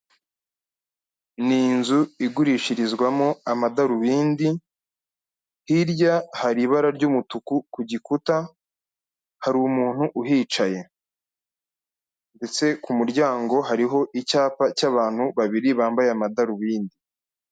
Ni inzu igurishirizwamo amadarubindi, hirya hari ibara ry'umutuku ku gikuta, hari umuntu uhicaye ndetse ku muryango hariho icyapa cy'abantu babiri bambaye amadarubindi.